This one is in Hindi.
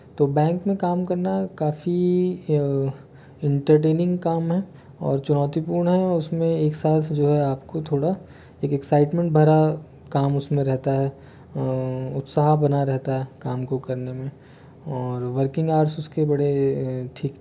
तो बैंक में काम करना काफ़ी एंटरटेनिंग काम है और चुनौती पूर्ण है और इसमें एक साथ जो है आपको थोड़ा एक एक्साइटमेंट भरा काम उसमें रहता है उत्साह बना रहता है काम को करने में और वर्किंग आवर्स उसके बड़े ठीक